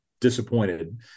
disappointed